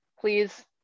please